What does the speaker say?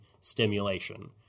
stimulation